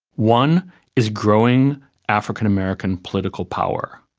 one is growing african american political power.